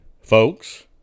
folks